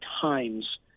times